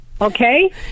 Okay